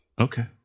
Okay